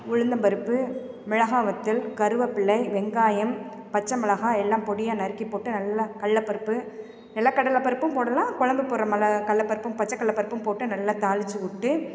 உளுந்தம்பருப்பு மிளகாய் வற்றல் கருவப்பில்லை வெங்காயம் பச்சமிளகாய் எல்லாம் பொடியாக நறுக்கி போட்டு நல்லா கடலப்பருப்பு நிலக்கடலைப்பருப்பும் போடலாம் குழம்பு போடுற மலை கடலப்பருப்பும் பச்சக்கடலப்பருப்பும் போட்டு நல்லா தாளிச்சு விட்டு